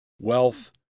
Wealth